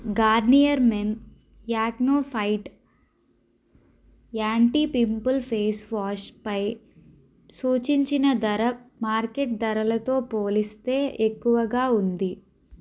Garnier men Acno Fight anti pimple face wash పై సూచించిన ధర మార్కెట్ ధరలతో పోలిస్తే ఎక్కువగా ఉంది